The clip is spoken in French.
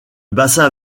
bassin